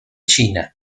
china